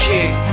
King